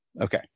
Okay